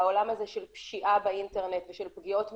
בעולם הזה של פשיעה באינטרנט ושל פגיעות מיניות,